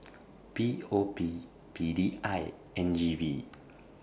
P O P P D I and G V